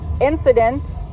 incident